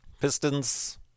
Pistons